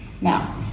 Now